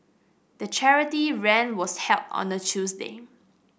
the charity run was held on a Tuesday